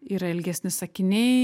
yra ilgesni sakiniai